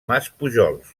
maspujols